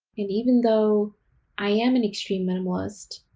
and even though i am an extreme minimalist,